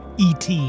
ET